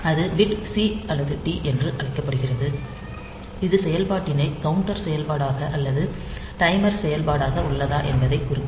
அடுத்த bit C D என அழைக்கப்படுகிறது இது செயல்பாட்டினை கவுண்டர் செயல்பாடாக அல்லது டைமர் செயல்பாடாக உள்ளதா என்பதைக் குறிக்கும்